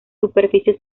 superficie